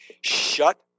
shut